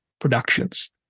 productions